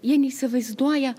jie neįsivaizduoja